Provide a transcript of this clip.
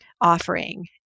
offering